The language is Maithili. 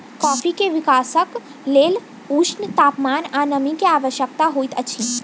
कॉफ़ी के विकासक लेल ऊष्ण तापमान आ नमी के आवश्यकता होइत अछि